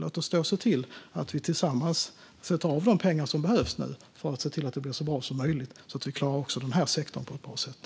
Låt oss se till att vi tillsammans sätter av de pengar som nu behövs för att det ska bli så bra som möjligt och så att vi klarar också den här sektorn på ett bra sätt.